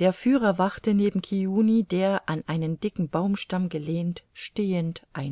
der führer wachte neben kiuni der an einen dicken baumstamm gelehnt stehend